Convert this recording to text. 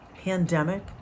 Pandemic